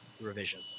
revision